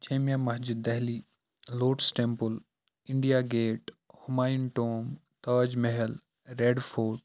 Jamia Masjid Delhi Lotus Temple India Gate Humayun Tomb Taj Mahal Red foot